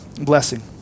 blessing